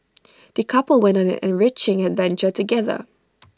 the couple went on an enriching adventure together